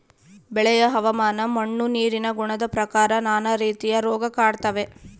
ಬೆಳೆಯ ಹವಾಮಾನ ಮಣ್ಣು ನೀರಿನ ಗುಣದ ಪ್ರಕಾರ ನಾನಾ ರೀತಿಯ ರೋಗ ಕಾಡ್ತಾವೆ